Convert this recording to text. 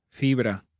Fibra